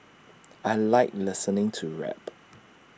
I Like listening to rap